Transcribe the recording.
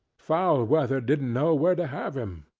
foul weather didn't know where to have him.